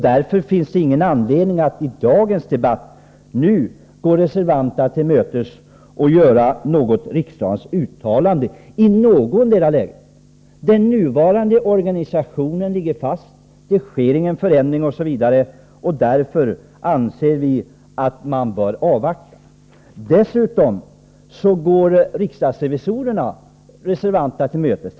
Därför finns det ingen anledning att i dagens debatt gå reservanterna till mötes och göra något uttalande i riksdagen. Den nuvarande organisationen ligger fast; det sker ingen förändring. Därför anser vi att man bör avvakta. Dessutom går riksdagsrevisorerna reservanterna till mötes.